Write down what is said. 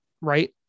right